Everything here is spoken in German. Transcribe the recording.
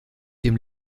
dem